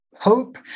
hope